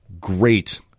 great